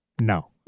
No